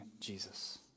Jesus